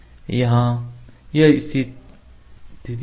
यह यहां स्थित है